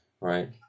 right